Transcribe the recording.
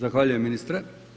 Zahvaljujem ministre.